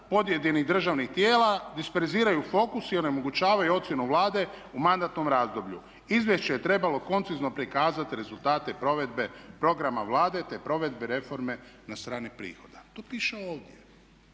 To piše ovdje.